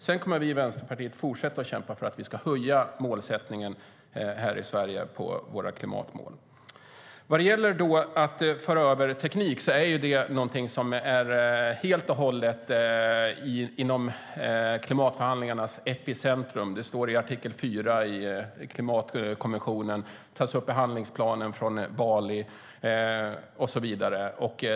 Vi i Vänsterpartiet kommer att fortsätta kämpa för att höja målsättningen för våra klimatmål här i Sverige. Att föra över teknik är någonting som helt och hållet befinner sig i klimatförhandlingarnas epicentrum. Det står i artikel 4 i klimatkonventionen, tas upp i handlingsplanen från Bali och så vidare.